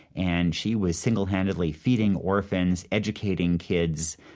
and she was singlehandedly feeding orphans, educating kids,